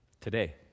Today